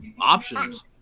options